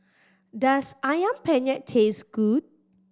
does Ayam Penyet taste good